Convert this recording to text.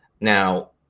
Now